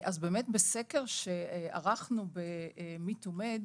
אז, באמת בסקר שערכנו ב-Me Too Med,